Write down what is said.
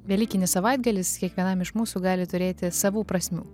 velykinis savaitgalis kiekvienam iš mūsų gali turėti savų prasmių